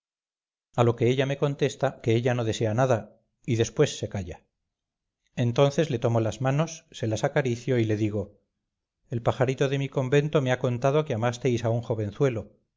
a lo que me contesta que ella no desea nada y después se calla entonces le tomo las manos se las acaricio y le digo el pajarito de mi convento me ha contado que amasteis a un